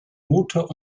motor